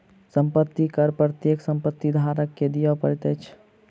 संपत्ति कर प्रत्येक संपत्ति धारक के दिअ पड़ैत अछि